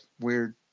weird